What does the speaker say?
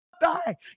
die